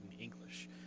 English